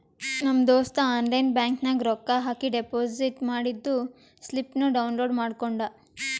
ನಮ್ ದೋಸ್ತ online bank ನಾಗ್ ರೊಕ್ಕಾ ಹಾಕಿ ಡೆಪೋಸಿಟ್ ಮಾಡಿದ್ದು ಸ್ಲಿಪ್ನೂ ಡೌನ್ಲೋಡ್ ಮಾಡ್ಕೊಂಡ್